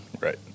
right